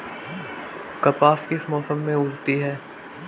कपास किस मौसम में उगती है?